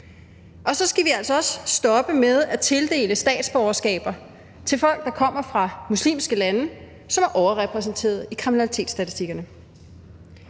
Og så skal vi altså også stoppe med at tildele statsborgerskaber til folk, der kommer fra muslimske lande, som er overrepræsenteret i kriminalitetsstatistikkerne.